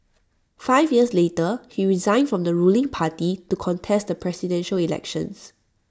five years later he resigned from the ruling party to contest the Presidential Elections